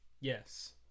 Yes